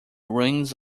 ruins